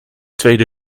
tweede